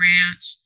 Ranch